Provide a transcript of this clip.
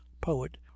poet